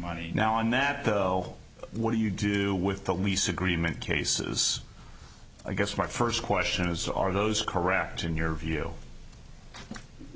money now on that though what do you do with the lease agreement cases i guess my first question is are those correct in your view